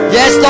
Yes